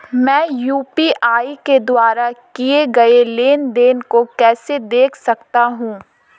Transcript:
मैं यू.पी.आई के द्वारा किए गए लेनदेन को कैसे देख सकता हूं?